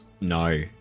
no